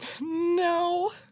No